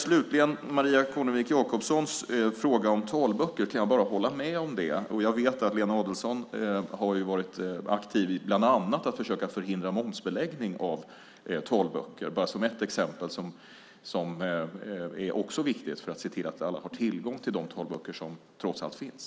Jag vet att Lena Adelsohn Liljeroth har varit aktiv bland annat i att försöka förhindra momsbeläggning av talböcker - bara som ett exempel som också är viktigt för att se till att alla har tillgång till de talböcker som trots allt finns.